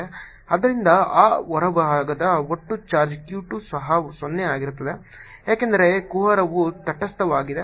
ಆದ್ದರಿಂದ ಆ ಹೊರಭಾಗದ ಒಟ್ಟು ಚಾರ್ಜ್ Q 2 ಸಹ 0 ಆಗಿರುತ್ತದೆ ಏಕೆಂದರೆ ಕುಹರವು ತಟಸ್ಥವಾಗಿದೆ